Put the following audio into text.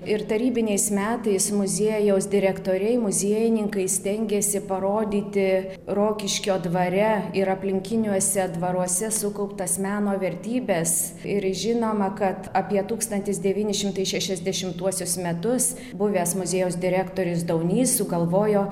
ir tarybiniais metais muziejaus direktoriai muziejininkai stengėsi parodyti rokiškio dvare ir aplinkiniuose dvaruose sukauptas meno vertybes ir žinoma kad apie tūkstantis devyni šimtai šešiasdešimtuosius metus buvęs muziejaus direktorius daunys sugalvojo